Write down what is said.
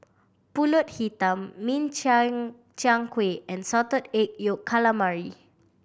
Pulut Hitam min chiang chiang kueh and Salted Egg Yolk Calamari